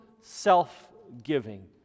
self-giving